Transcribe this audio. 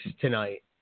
tonight